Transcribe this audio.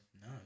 No